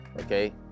Okay